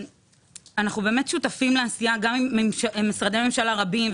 אנחנו באמת שותפים לעשייה גם עם משרדי ממשלה רבים,